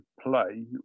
play